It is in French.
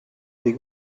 des